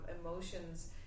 emotions